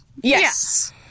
Yes